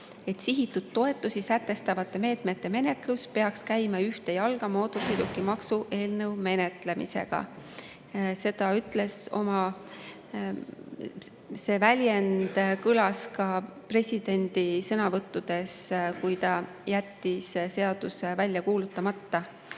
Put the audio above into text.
et sihitud toetusi sätestavate meetmete menetlus peaks käima ühte jalga mootorsõidukimaksu eelnõu menetlemisega. See väljend kõlas ka presidendi sõnavõttudes, kui ta jättis seaduse välja kuulutamata.